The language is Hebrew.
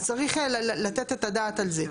אז צריך לתת את הדעת על זה.